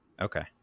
Okay